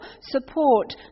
support